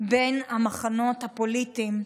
בין המחנות הפוליטיים,